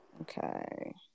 Okay